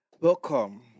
Welcome